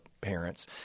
parents